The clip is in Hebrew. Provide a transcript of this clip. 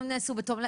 הדברים נעשו בתום לב,